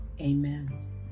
Amen